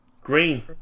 Green